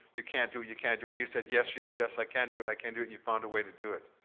you can't do it, you can't do it, and you said, yes, yes, yes i can do it, i can do it, you found a way to do it.